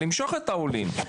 למשוך את העולים.